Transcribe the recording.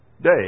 day